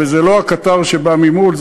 וזה לא הקטר שבא ממול,